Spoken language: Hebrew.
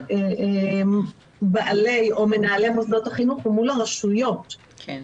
הקשר של מנהלי מוסדות החינוך זה הרשויות המקומיות.